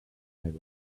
every